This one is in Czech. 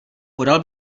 podal